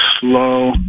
slow